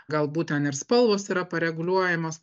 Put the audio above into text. galbūt ten ir spalvos yra pareguliuojamos